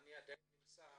אני עדיין נמצא